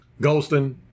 Golston